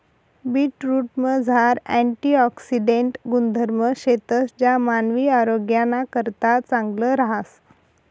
बीटरूटमझार अँटिऑक्सिडेंट गुणधर्म शेतंस ज्या मानवी आरोग्यनाकरता चांगलं रहास